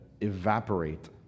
evaporate